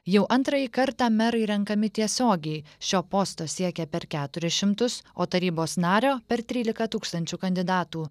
jau antrąjį kartą merai renkami tiesiogiai šio posto siekia per keturis šimtus o tarybos nario per trylika tūkstančių kandidatų